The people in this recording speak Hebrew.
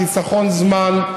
חיסכון זמן,